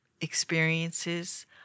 experiences